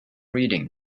reading